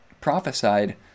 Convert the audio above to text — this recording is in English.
prophesied